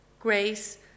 grace